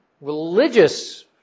Religious